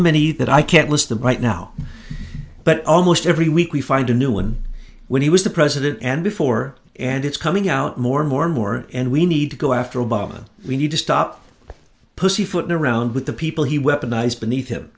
many that i can't list them right now but almost every week we find a new one when he was the president and before and it's coming out more and more and more and we need to go after obama we need to stop pussyfooting around with the people he weaponized beneath him